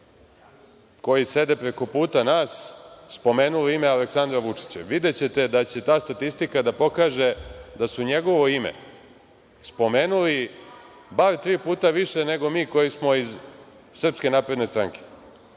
koji sede preko puta nas, spomenuli ime Aleksandra Vučića. Videćete da će ta statistika da pokaže da su njegovo ime spomenuli bar tri puta više nego mi koji smo iz SNS.Ja razumem